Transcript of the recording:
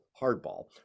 Hardball